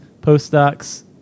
postdocs